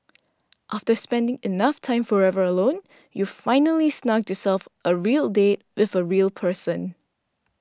after spending enough time forever alone you've finally snugged yourself a real date with a real person